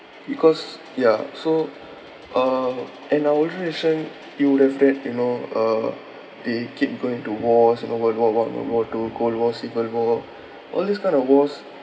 because yeah so uh and uh older generation you would have read you know uh they keep going to wars you know world war one world war two cold war civil war all these kind of wars